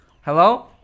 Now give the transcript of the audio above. Hello